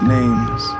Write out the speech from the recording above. Names